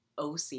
oc